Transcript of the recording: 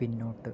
പിന്നോട്ട്